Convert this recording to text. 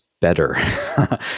Better